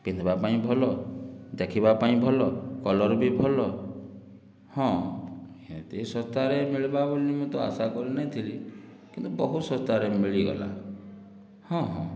ପିନ୍ଧିବା ପାଇଁ ଭଲ ଦେଖିବା ପାଇଁ ଭଲ କଲର ବି ଭଲ ହଁ ଏତେ ଶସ୍ତାରେ ମିଳିବ ବୋଲି ମୁଁ ତ ଆଶା କରିନଥିଲି କିନ୍ତୁ ବହୁତ ଶସ୍ତାରେ ମିଳିଗଲା ହଁ ହଁ